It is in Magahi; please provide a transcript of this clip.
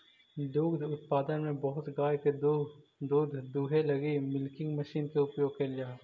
दुग्ध उत्पादन में बहुत गाय के दूध दूहे लगी मिल्किंग मशीन के उपयोग कैल जा हई